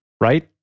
Right